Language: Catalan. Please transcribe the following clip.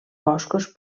boscos